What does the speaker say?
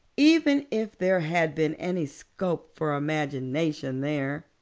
even if there had been any scope for imagination there.